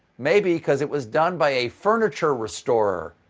maybe because it was done by a furniture restorer.